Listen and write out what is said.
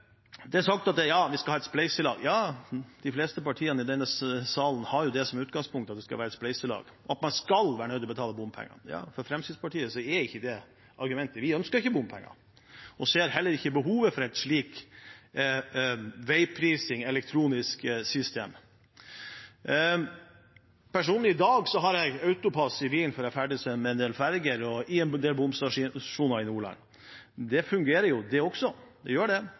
Det er sagt at vi skal ha et spleiselag. Ja, de fleste partiene i denne salen har jo som utgangspunkt at det skal være et spleiselag, at man skal være nødt til å betale bompenger. For Fremskrittspartiet er ikke det et argument. Vi ønsker ikke bompenger og ser heller ikke behovet for et elektronisk system for veiprising. Jeg personlig har i dag AutoPASS i bilen fordi jeg ferdes med en del ferger og gjennom en del bomstasjoner i Nordland. Det fungerer jo, men det er også en form for overvåking. Det har vi i dag. Det